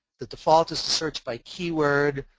the default is to search by keyword.